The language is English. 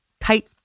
tight